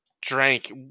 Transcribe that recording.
drank